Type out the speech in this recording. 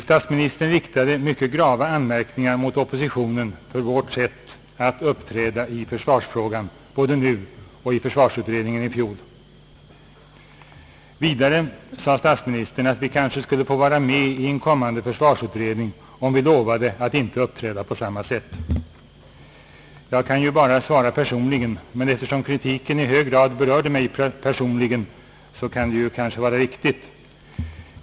Statsministern riktade mycket grava anmärkningar mot oppositionen för dess sätt att uppträda i försvarsfrågan både nu och i försvarsutredningen i fjol. Vidare sade statsministern att oppositionen kanske skulle få vara med i en kommande försvarsutredning, om den lovade att inte uppträda på samma sätt. Jag kan ju bara svara för mig personligen, men eftersom kritiken i hög grad berörde mig personligen kan det kanske vara riktigt att jag uttrycker min egen mening.